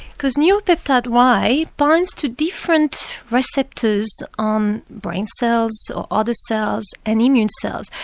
because neuropeptide y binds to different receptors on brain cells or other cells and immune cells.